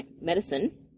medicine